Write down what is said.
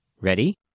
Ready